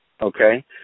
Okay